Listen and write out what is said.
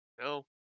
No